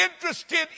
interested